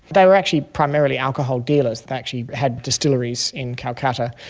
they were actually primarily alcohol dealers, they actually had distilleries in calcutta.